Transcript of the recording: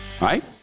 Right